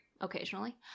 occasionally